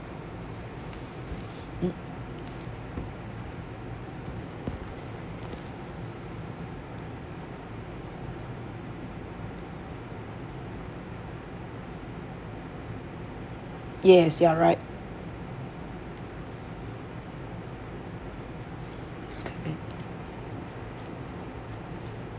yes you're right